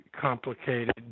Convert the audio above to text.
complicated